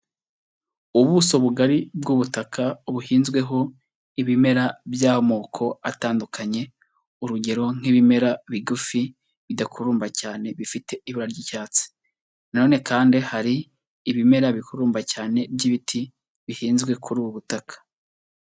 Ubuso bugari bw'ubutaka buhinzweho ibimera by'amoko atandukanye, urugero; nk'ibimera bigufi bidakurumba cyane bifite ibara ry'icyatsi. Na none kandi hari ibimera bikurumba cyane by'ibiti bihinzwe kuri ubu butaka.